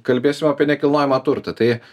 kalbėsim apie nekilnojamą turtą tai